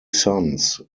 sons